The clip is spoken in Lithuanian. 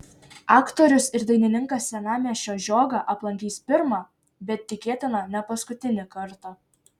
aktorius ir dainininkas senamiesčio žiogą aplankys pirmą bet tikėtina ne paskutinį kartą